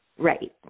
Right